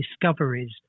discoveries